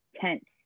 tent